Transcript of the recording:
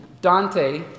Dante